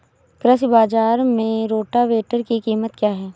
कृषि बाजार में रोटावेटर की कीमत क्या है?